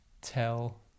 tell